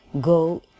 go